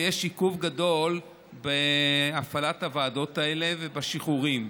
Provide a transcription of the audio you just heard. ויש עיכוב גדול בהפעלת הוועדות האלה ובשחרורים.